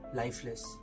lifeless